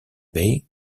bay